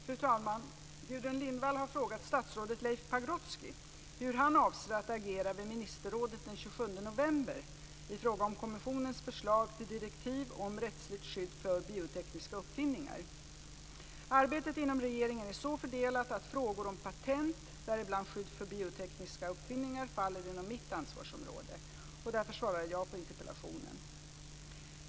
Fru talman! Gudrun Lindvall har frågat statsrådet Leif Pagrotsky hur han avser att agera vid ministerrådet den 27 november i fråga om kommissionens förslag till direktiv om rättsligt skydd för biotekniska uppfinningar. Arbetet inom regeringen är så fördelat att frågor om patent, däribland skydd för biotekniska uppfinningar, faller inom mitt ansvarsområde. Därför svarar jag på interpellationen.